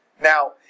Now